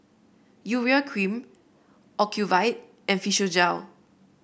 Urea Cream Ocuvite and Physiogel